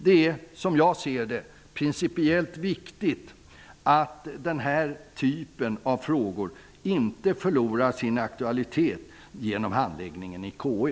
Som jag ser saken är det principiellt viktigt att den här typen av frågor inte förlorar sin aktualitet genom handläggningen i KU.